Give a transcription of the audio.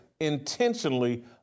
intentionally